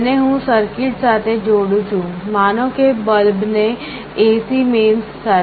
તેને હું સર્કિટ સાથે જોડું છું માનો કે બલ્બ ને AC મેઈન્સ સાથે